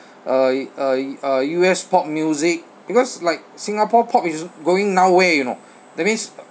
uh uh uh U_S pop music because like singapore pop is going nowhere you know that means